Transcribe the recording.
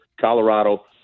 Colorado